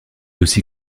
aussi